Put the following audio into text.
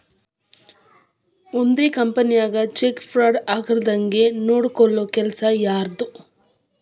ಒಂದ್ ಕಂಪನಿನ್ಯಾಗ check fraud ಆಗ್ಲಾರ್ದಂಗ್ ನೊಡ್ಕೊಲ್ಲೊ ಕೆಲಸಾ ಯಾರ್ದು?